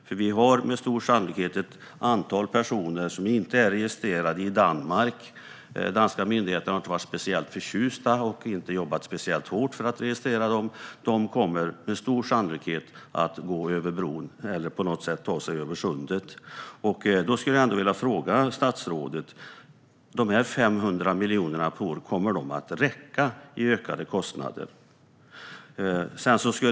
Det finns med stor sannolikhet ett antal personer som inte är registrerade i Danmark - danska myndigheter har inte varit speciellt förtjusta i det här och har inte jobbat speciellt hårt för att registrera dem - och som kommer att gå över bron eller ta sig över Sundet på något annat sätt. Jag skulle vilja fråga statsrådet om han tror att de här 500 miljonerna per år i ökade kostnader kommer att räcka.